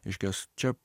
reiškias čia